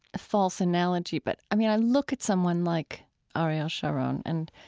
false analogy. but, i mean, i look at someone like ah ariel sharon, and,